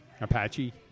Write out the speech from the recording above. Apache